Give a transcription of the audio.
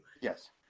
Yes